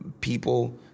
people